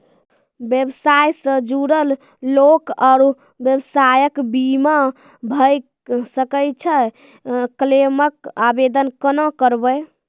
व्यवसाय सॅ जुड़ल लोक आर व्यवसायक बीमा भऽ सकैत छै? क्लेमक आवेदन कुना करवै?